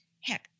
heck